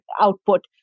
output